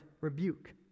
rebuke